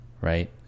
right